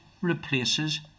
replaces